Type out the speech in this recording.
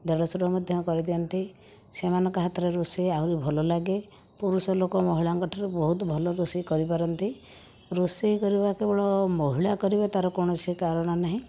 ଦେଢ଼ଶୁର ମଧ୍ୟ କରିଦିଅନ୍ତି ସେମାନଙ୍କ ହାତର ରୋଷେଇ ଆହୁରି ଭଲ ଲାଗେ ପୁରୁଷ ଲୋକ ମହିଳାଙ୍କଠାରୁ ବହୁତ ଭଲ ରୋଷେଇ କରି ପାରନ୍ତି ରୋଷେଇ କରିବା କେବଳ ମହିଳା କରିବେ ତା'ର କୌଣସି କାରଣ ନାହିଁ